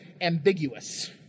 ambiguous